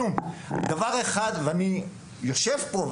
אני יושב פה,